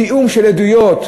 תיאום של עדויות,